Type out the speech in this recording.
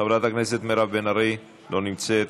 חברת הכנסת מירב בן ארי, לא נמצאת,